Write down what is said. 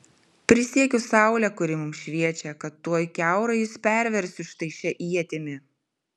prisiekiu saule kuri mums šviečia kad tuoj kiaurai jus perversiu štai šia ietimi